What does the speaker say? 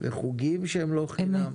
וחוגים שהם לא חינם,